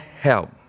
help